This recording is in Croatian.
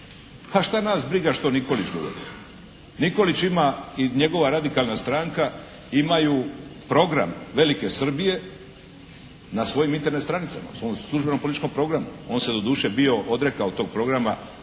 A šta nas briga što Nikolić govori? Nikolić ima i njegova Radikalna stranka, imaju program velike Srbije na svojim Internet stranicama, u svom službeno političkom programu. On se doduše bio odrekao tog programa